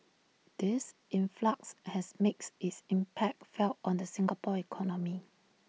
this influx has makes its impact felt on the Singapore economy